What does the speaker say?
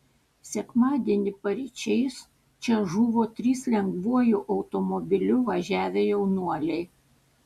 sekmadienį paryčiais čia žuvo trys lengvuoju automobiliu važiavę jaunuoliai